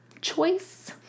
choice